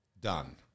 Done